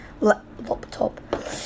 laptop